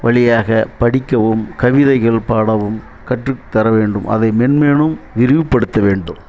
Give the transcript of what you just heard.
வழியாக படிக்கவும் கவிதைகள் பாடவும் கற்று தர வேண்டும் அதை மென்மேலும் விரிவுப்படுத்த வேண்டும்